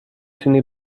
تونی